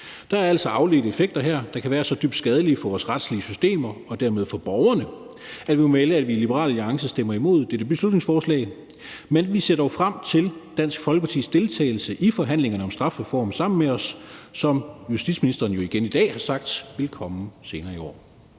Der er altså afledte effekter her, der kan være så dybt skadelige for vores retslige systemer og dermed for borgerne, at vi må melde, at vi i Liberal Alliance stemmer imod dette beslutningsforslag. Men vi ser dog frem til Dansk Folkepartis deltagelse i forhandlingerne om en strafreform sammen med os. Det er noget, som justitsministeren jo igen i dag har sagt vil komme senere i år.